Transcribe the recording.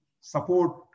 support